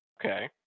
Okay